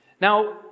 Now